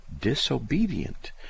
disobedient